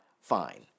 fine